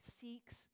seeks